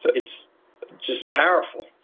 so it's just powerful.